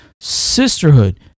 sisterhood